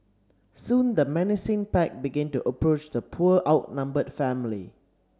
soon the menacing pack began to approach the poor outnumbered family